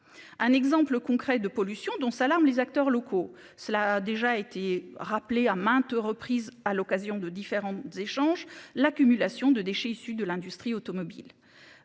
Un exemple concret de pollution dont s'alarment les acteurs locaux, cela a déjà été rappelé à maintes reprises à l'occasion de différents échanges l'accumulation de déchets issus de l'industrie automobile.